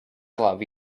love